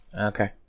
Okay